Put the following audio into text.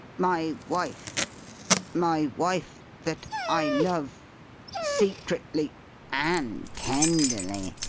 my wife my wife that i love secretly and tenderly,